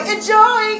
Enjoy